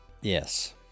Yes